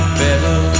better